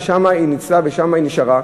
ושם היא ניצלה ושם היא נשארה.